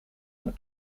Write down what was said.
een